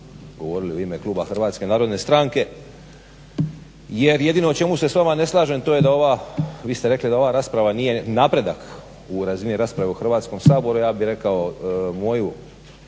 govorili u ime Kluba HNS-a jer jedino o čemu se s vama ne slažem to je da ova, vi ste rekli da ova rasprava nije napredak u razini rasprave u Hrvatskom saboru. Ja bih rekao moju